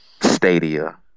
Stadia